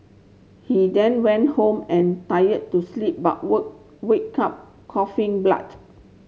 he then went home and tired to sleep but woke wake up coughing blood